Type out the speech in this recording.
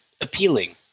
appealing